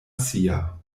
sia